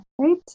right